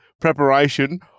preparation